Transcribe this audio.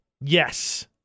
Yes